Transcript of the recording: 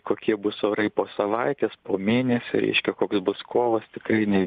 kokie bus orai po savaitės po mėnesio reiškia koks bus kovas tikrai ne